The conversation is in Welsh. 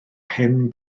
pen